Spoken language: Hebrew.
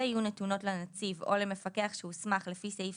יהיו נתונות לנציב או למפקח שהוסמך לפי סעיף